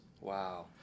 Wow